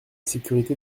sécurité